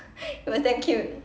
it was damn cute